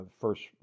First